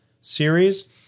series